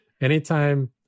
anytime